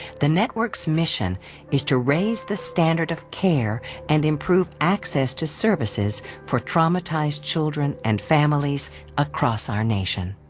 the network's mission is to raise the standard of care and improve access to services for traumatized children and families across our nation.